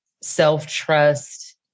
self-trust